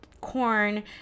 corn